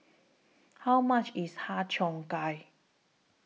How much IS Har Cheong Gai